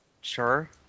Sure